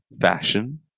fashion